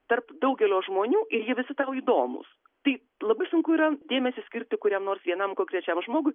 tarp daugelio žmonių ir jie visi tau įdomūs tai labai sunku yra dėmesį skirti kuriam nors vienam konkrečiam žmogui